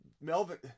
Melvin